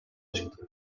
çıktı